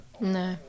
No